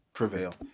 Prevail